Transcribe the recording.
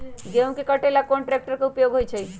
गेंहू के कटे ला कोंन ट्रेक्टर के उपयोग होइ छई?